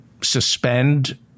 Suspend